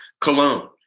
cologne